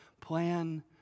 plan